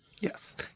yes